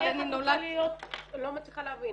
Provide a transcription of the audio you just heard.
אבל אני נולדתי --- אני לא מצליחה להבין.